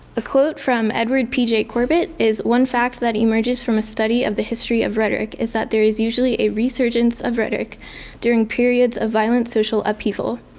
a quote from edward p j. corbit is, one fact that emerges from a study of the history of rhetoric is that there is usually a resurgence of rhetoric during periods of violent social upheaval,